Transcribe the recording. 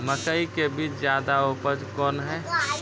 मकई के बीज ज्यादा उपजाऊ कौन है?